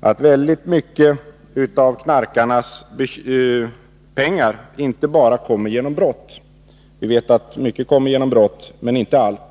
att väldigt mycket av narkomanernas pengar inte fås bara genom brott. Vi vet att mycket kommer genom brott men inte allt.